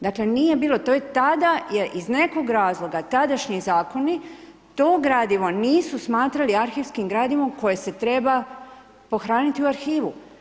Dakle, nije bilo, to je tada, iz nekog razloga, tadašnji zakoni, to gradivo nisu smatrali arhivskim gradivom, koje se treba pohraniti u arhivu.